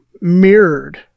mirrored